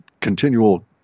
continual